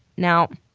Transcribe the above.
now,